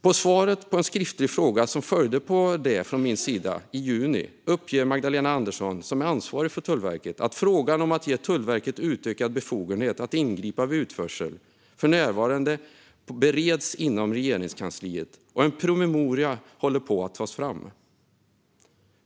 Som svar på en skriftlig fråga från min sida i juni uppger Magdalena Andersson, som är ansvarig för Tullverket, att frågan om att ge Tullverket utökad befogenhet att ingripa vid utförsel av misstänkt stöldgods för närvarande bereds inom Regeringskansliet och att en promemoria håller på att tas fram.